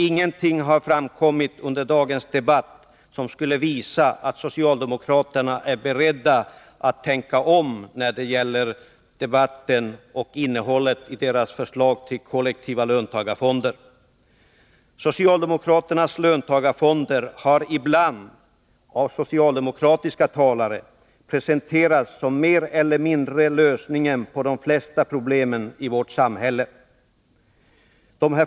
Ingenting har framkommit under dagens debatt som visar att socialdemokraterna är beredda att tänka om när det gäller debatten och innehållet beträffande deras förslag till kollektiva löntagarfonder. Socialdemokraternas löntagarfonder har ibland, av socialdemokratiska talare, presenterats mer eller mindre som lösningen på de flesta problemen i vårt samhälle.